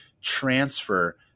transfer